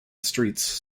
streets